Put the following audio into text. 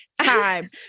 time